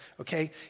okay